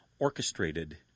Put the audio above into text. orchestrated